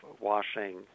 washing